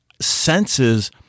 senses